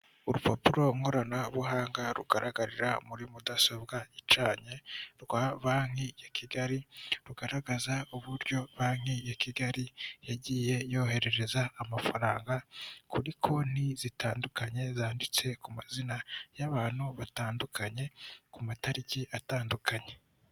Urupapuro nkoranabuhanga rugaragarira muri mudasobwa icanye rwa banki ya Kigali, rugaragaza uburyo banki ya Kigali yagiye yoherereza amafaranga kuri konti zitandukanye zanditse ku mazina y'abantu batandukanye ku matariki atandukanye.